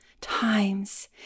times